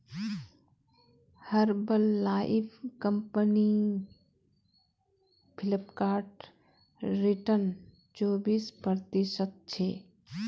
herbal life company Flipkart return चोबीस प्रतिशतछे